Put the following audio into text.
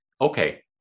okay